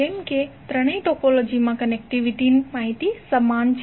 કેમ કે ત્રણેય ટોપોલોજીમાં કનેક્ટિવિટીની માહિતી સમાન છે